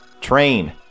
train